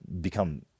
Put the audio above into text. become